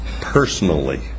personally